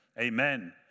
Amen